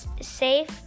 safe